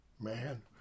Man